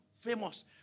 Famous